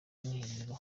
mwiherero